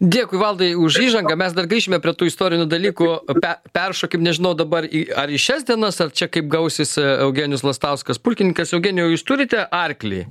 dėkui valdai už įžangą mes dar grįšime prie tų istorinių dalykų pe peršokim nežinau dabar į ar į šias dienas ar čia kaip gausis eugenijus lastauskas pulkininkas eugenijau jūs turite arklį